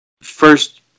first